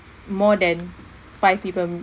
more than five people